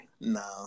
No